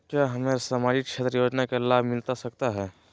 क्या हमें सामाजिक क्षेत्र योजना के लाभ मिलता सकता है?